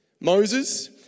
Moses